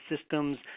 systems